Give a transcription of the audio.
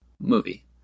Movie